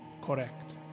Correct